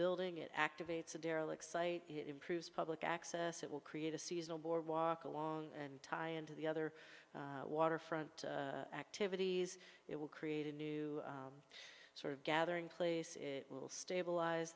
building it activates a derelict site it improves public access it will create a seasonal walk along and tie into the other waterfront activities it will create a new sort of gathering place it will stabilize